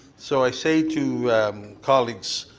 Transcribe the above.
so i say to colleagues,